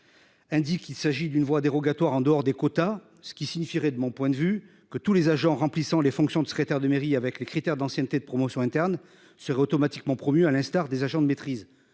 Indique qu'il s'agit d'une voie dérogatoire en dehors des quotas, ce qui signifierait de mon point de vue que tous les agents remplissant les fonctions de secrétaire de mairie avec les critères d'ancienneté de promotion interne seraient automatiquement promus à l'instar des agents de maîtrise,